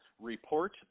report